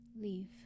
leave